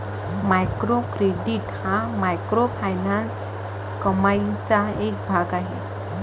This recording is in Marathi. मायक्रो क्रेडिट हा मायक्रोफायनान्स कमाईचा एक भाग आहे